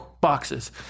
boxes